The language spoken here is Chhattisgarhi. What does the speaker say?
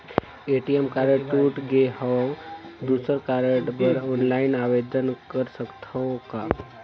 ए.टी.एम कारड टूट गे हववं दुसर कारड बर ऑनलाइन आवेदन कर सकथव का?